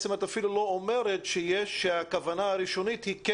את אפילו לא אומרת שהכוונה הראשונית היא כן